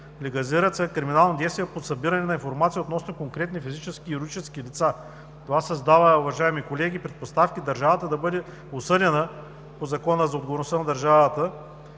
Легализират се криминални действия по събиране на информация относно конкретни физически и юридически лица. Това създава, уважаеми колеги, предпоставки държавата да бъде осъдена по Закона за отговорността на държавата